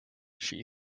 she